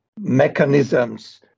mechanisms